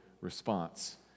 response